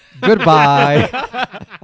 Goodbye